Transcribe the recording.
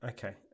Okay